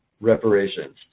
reparations